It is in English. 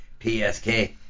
PSK